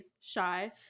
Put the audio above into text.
shy